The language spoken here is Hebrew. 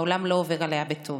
העולם לא עובר עליה בטוב.